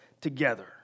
together